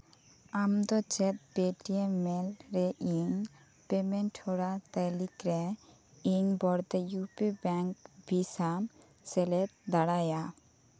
ᱟᱢ ᱪᱮᱫ ᱯᱮᱴᱤᱮᱢ ᱢᱮᱞ ᱨᱮ ᱤᱧ ᱯᱮᱢᱮᱱᱴ ᱦᱚᱨᱟ ᱛᱟᱹᱞᱤᱠᱟᱨᱮ ᱤᱧ ᱵᱚᱲᱫᱟ ᱤᱭᱩ ᱯᱤ ᱵᱮᱝᱠ ᱵᱷᱤᱥᱟᱢ ᱥᱮᱞᱮᱫ ᱫᱟᱨᱟᱭᱟ